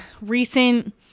recent